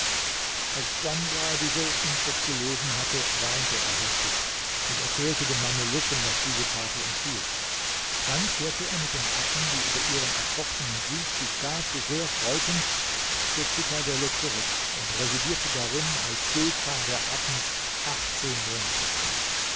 diese inschrift gelesen hatte weinte er heftig und erzählte den mamelucken was diese tafel enthielt dann kehrte er mit den affen die über ihren erfochtenen sieg sich gar zu sehr freuten zur zitadelle zurück und residierte darin als sultan der affen achtzehn monate lang